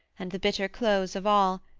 and the bitter close of all,